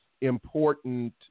important